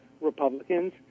Republicans